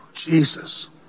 Jesus